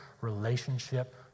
relationship